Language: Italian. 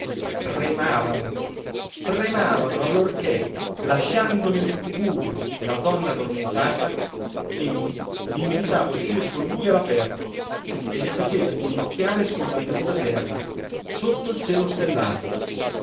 tremavano tremavano allorché lasciando nel tugurio la donna addormentata egli li invitava a uscir con lui all'aperto e li faceva inginocchiare sulla nuda terra sotto il cielo stellato